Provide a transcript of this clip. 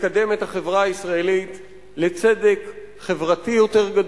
לקדם את החברה הישראלית לצדק חברתי רב יותר,